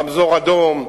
נסיעה ברמזור אדום,